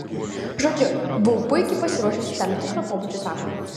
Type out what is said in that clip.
žodžiu buvau puikiai pasiruošusi tam tikro pobūdžio sapnui